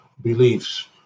beliefs